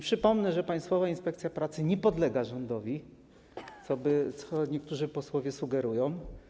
Przypomnę, że Państwowa Inspekcja Pracy nie podlega rządowi, co niektórzy posłowie sugerują.